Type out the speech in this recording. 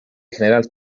general